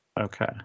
Okay